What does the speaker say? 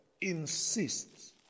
insists